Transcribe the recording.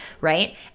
right